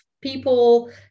people